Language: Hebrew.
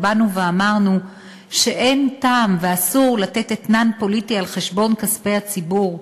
באנו ואמרנו שאין טעם ואסור לתת אתנן פוליטי על חשבון כספי הציבור,